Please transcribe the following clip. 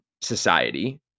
society